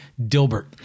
Dilbert